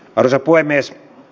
arvoisa puhemies